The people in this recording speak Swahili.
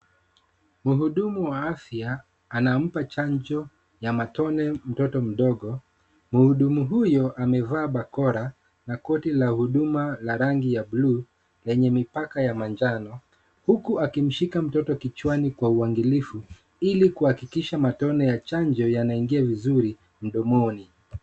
Muhudumu wa afya anampa chanjo ya matone mtoto mdogo. Mhudumu huyu amevaa barakoa na koti la huduma la rangi la bluu yenye mipaka ya manjano huku akimshika mtoto kichwani kwa uangalifu ili kuhakikisha matone ya chanjo yanaingia vizuri mdomoni.